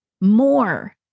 More